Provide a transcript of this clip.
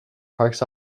parks